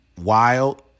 wild